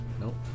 nope